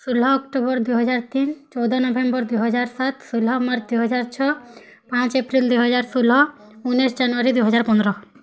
ଷୁଲହ October ଦୁଇ ହଜାର୍ ତିନ୍ ଚଉଦ ନଭେମ୍ବର୍ ଦୁଇ ହଜାର୍ ସାତ୍ ଷୁଲହ ମାର୍ଚ୍ଚ୍ ଦୁଇ ହଜାର୍ ଛଅ ପାଞ୍ଚ ଏପ୍ରିଲ୍ ଦୁଇ ହଜାର୍ ଷୁଲହ ଉନେଇଶ ଜାନୁଆରୀ ଦୁଇ ହଜାର୍ ପନ୍ଦର